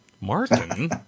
Martin